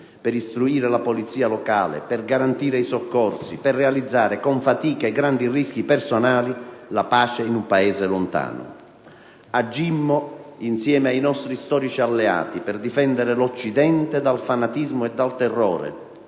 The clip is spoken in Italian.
per istruire la polizia locale, per garantire i soccorsi, per realizzare, con fatica e grandi rischi personali, la pace in un Paese lontano. Agimmo insieme ai nostri storici alleati per difendere l'Occidente dal fanatismo e dal terrore,